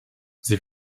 sie